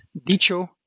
Dicho